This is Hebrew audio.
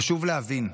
חשוב להבין,